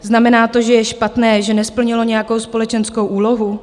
Znamená to, že je špatné, že nesplnilo nějakou společenskou úlohu?